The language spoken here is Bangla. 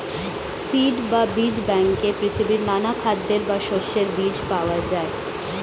সিড বা বীজ ব্যাংকে পৃথিবীর নানা খাদ্যের বা শস্যের বীজ পাওয়া যায়